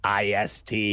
IST